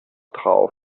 drauf